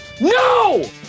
No